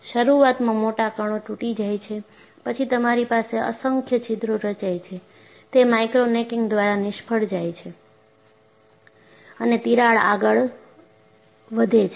શરૂઆતમાં મોટા કણો તૂટી જાય છે પછી તમારી પાસે અસંખ્ય છિદ્રો રચાય છે તે માઇક્રો નેકિંગ દ્વારા નિષ્ફળ જાય છે અને તિરાડ આગળ વધે છે